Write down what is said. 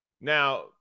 Now